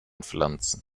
pflanzen